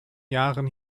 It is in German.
jahren